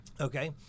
Okay